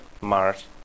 Mars